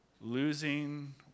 losing